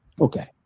Okay